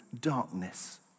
darkness